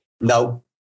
No